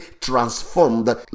transformed